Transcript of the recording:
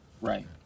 Right